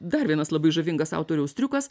dar vienas labai žavingas autoriaus triukas